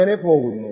അങ്ങനെ പോകുന്നു